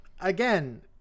again